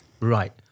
Right